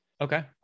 Okay